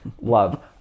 love